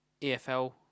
EFL